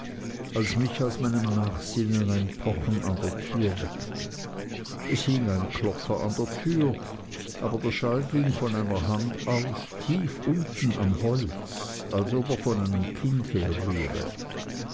als mich aus meinem nachsinnen ein pochen an der tür weckte es hing ein klopfer an der tür aber der schall ging von einer hand aus tief unten am holz als ob er von einem kinde herrühre